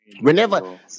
Whenever